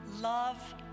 love